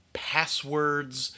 passwords